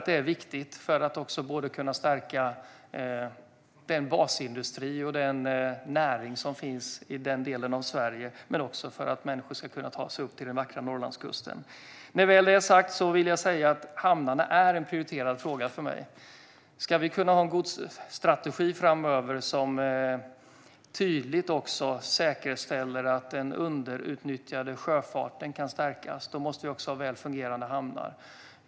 Det är viktigt för att man ska kunna stärka den basindustri och den näring som finns i den delen av Sverige men också för att människor ska kunna ta sig upp till den vackra Norrlandskusten. När väl det är sagt vill jag säga att hamnarna är en prioriterad fråga för mig. Ska vi kunna ha en godsstrategi framöver som tydligt säkerställer att den underutnyttjade sjöfarten kan stärkas måste vi också ha väl fungerande hamnar.